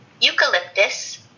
eucalyptus